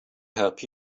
help